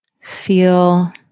Feel